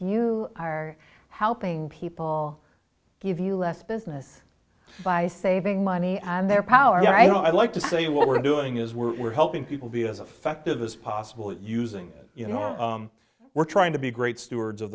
you are helping people give you less business by saving money on their power right i like to say what we're doing is we're helping people be as effective as possible using you know we're trying to be great stewards of